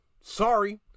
Sorry